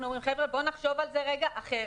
חבר'ה, בואו נחשוב על זה רגע אחרת.